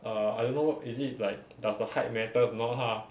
err I don't know what is it like does the height matters or not lah